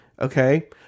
Okay